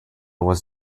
was